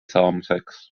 saamiseks